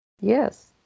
yes